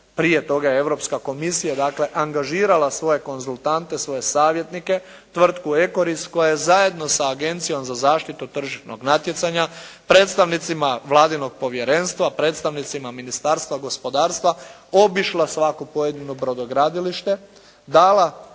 prije toga je Europska komisija angažirala svoje konzultante, svoje savjetnike, tvrtku "Ekorist" koja je zajedno sa Agencijom za zaštitu tržišnog natjecanja predstavnicima vladinog povjerenstva, predstavnicima Ministarstva gospodarstva obišla svako pojedino brodogradilište, tražila